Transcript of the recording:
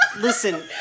Listen